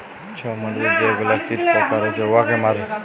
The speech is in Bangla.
ছব মাটিতে যে গুলা কীট পকা হছে উয়াকে মারে